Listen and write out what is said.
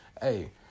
Hey